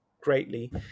greatly